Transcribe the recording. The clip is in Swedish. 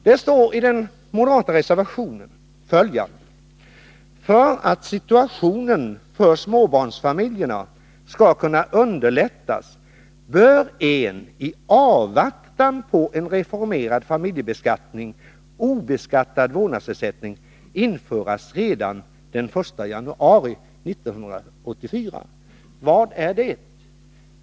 I reservationen står det följande: ”För att situationen för småbarnsfamiljerna skall kunna underlättas bör en i avvaktan på en reformerad familjebeskattning obeskattad vårdnadsersättning införas redan den 1 januari 1984.” Vad menas med detta?